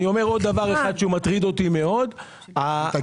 עוד דבר אחד שמטריד אותי מאוד הוא שאני